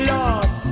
Love